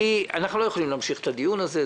אנחנו לא יכולים להמשיך את הדיון הזה.